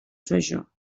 treasure